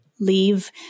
leave